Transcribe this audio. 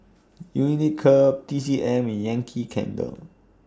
Unicurd T C M Yankee Candle